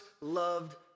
loved